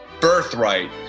birthright